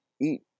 eat